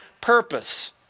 purpose